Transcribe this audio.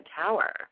tower